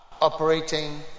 operating